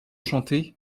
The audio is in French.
chanter